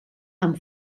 amb